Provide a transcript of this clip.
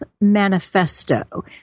manifesto